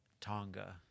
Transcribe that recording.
Tonga